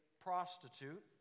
prostitute